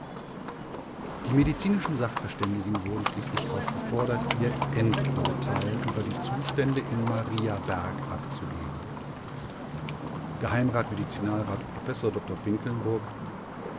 die medizinischen sachverständigen wurden schließlich aufgefordert ihr endurteil über die zustände in mariaberg abzugeben geh medizinalrat prof dr finkelnburg